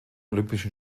olympischen